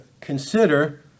Consider